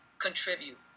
contribute